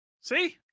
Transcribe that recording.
See